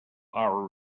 our